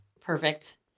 perfect